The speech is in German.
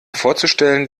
vorzustellen